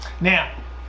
Now